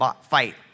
fight